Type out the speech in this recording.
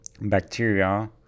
bacteria